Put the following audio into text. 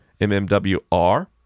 MMWR